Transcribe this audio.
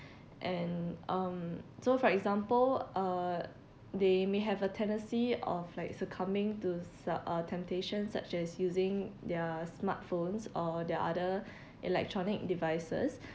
and um so for example uh they may have a tendency of like succumbing to s~ uh temptation such as using their smartphones or their other electronic devices